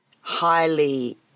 highly